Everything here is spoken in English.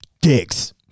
dicks